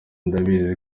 ndabizi